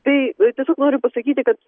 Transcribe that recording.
tai tiesiog noriu pasakyti kad